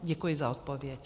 Děkuji za odpověď.